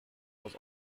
was